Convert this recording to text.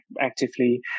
actively